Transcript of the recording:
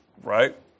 Right